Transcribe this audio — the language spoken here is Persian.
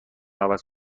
عوض